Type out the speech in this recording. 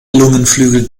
lungenflügel